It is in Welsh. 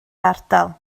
ardal